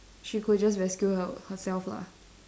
she could just rescue her herself lah